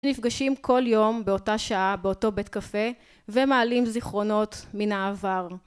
נפגשים כל יום באותה שעה באותו בית קפה ומעלים זיכרונות מן העבר